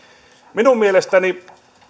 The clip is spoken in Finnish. minun mielestäni